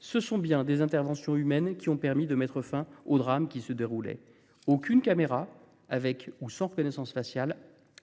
ce sont bien des interventions humaines qui ont permis de mettre fin au drame qui se déroulait. Aucune caméra, avec ou sans reconnaissance faciale,